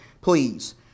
please